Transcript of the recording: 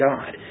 God